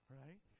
right